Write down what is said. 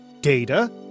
Data